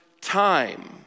time